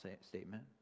statement